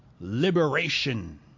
liberation